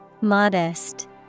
Modest